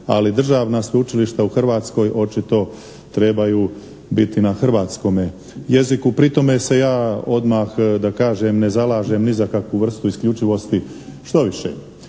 ali državna sveučilišta u Hrvatskoj očito trebaju biti na hrvatskome jeziku. Pri tome se ja odmah da kažem ne zalažem ni za kakvu vrstu isključivosti. Štoviše,